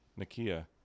Nakia